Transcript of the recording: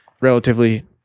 relatively